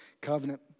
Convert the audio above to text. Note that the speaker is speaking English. covenant